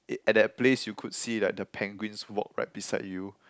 it at that place you could see like the penguins walk right beside you